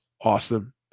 awesome